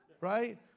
Right